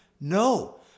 No